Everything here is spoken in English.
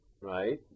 right